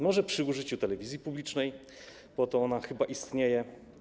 Może przy użyciu telewizji publicznej, po to ona chyba istnieje.